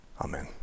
Amen